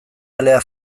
alea